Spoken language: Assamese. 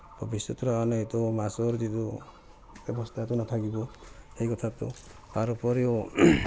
ভৱিষ্যতৰ কাৰণে এইটো মাছৰ যিটো ব্যৱস্থাটো নাথাকিব এই কথাটো তাৰ উপৰিও